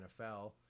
NFL